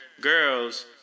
Girls